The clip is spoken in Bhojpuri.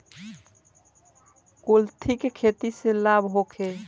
कुलथी के खेती से लाभ होखे?